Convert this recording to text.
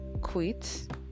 quit